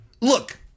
look